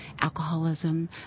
alcoholism